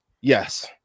yes